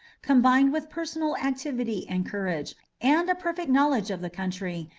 combined with personal activity and courage, and a perfect knowledge of the country,